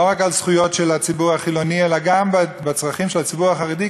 לא רק על זכויות של הציבור החילוני אלא גם על הצרכים של הציבור החרדי,